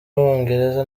abongereza